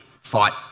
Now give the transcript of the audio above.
fight